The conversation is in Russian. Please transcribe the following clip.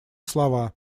слова